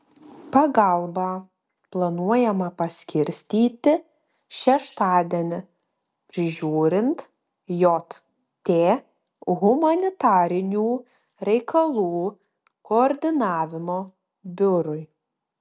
pagalbą planuojama paskirstyti šeštadienį prižiūrint jt humanitarinių reikalų koordinavimo biurui